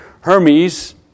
Hermes